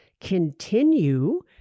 continue